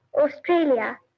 Australia